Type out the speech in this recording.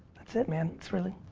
that's it man, it's really.